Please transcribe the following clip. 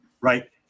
right